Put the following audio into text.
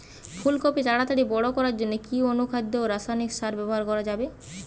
ফুল কপি তাড়াতাড়ি বড় করার জন্য কি অনুখাদ্য ও রাসায়নিক সার ব্যবহার করা যাবে?